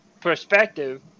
perspective